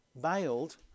bailed